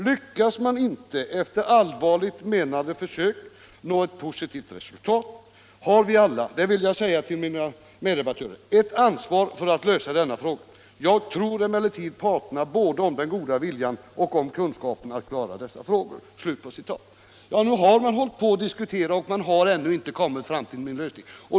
Lyckas man inte efter allvarligt menade försök nå ett positivt resultat, har vi alla — det vill jag säga till mina meddebattörer — ett ansvar för att lösa denna fråga. Jag tror emellertid parterna både om den goda viljan och om kunskaperna att klara dessa frågor.” Nu har man diskuterat och ännu inte kommit fram till någon lösning.